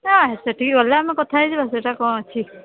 ହଁ ସେଠିକି ଗଲେ ଆମେ କଥା ହୋଇଯିବା ସେଇଟା କ'ଣ ଅଛି